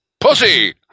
pussy